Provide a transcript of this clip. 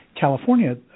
California